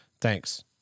Thanks